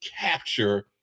capture